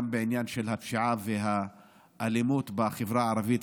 בעניין של הפשיעה והאלימות בחברה הערבית,